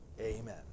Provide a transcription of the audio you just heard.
Amen